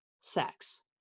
sex